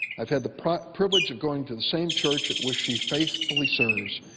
i have had the privilege of going to the same church at which she faithfully serves.